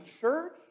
church